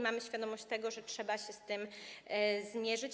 Mamy świadomość, że trzeba się z tym zmierzyć.